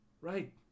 Right